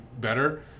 better